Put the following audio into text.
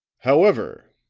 however,